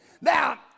Now